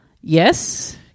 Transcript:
Yes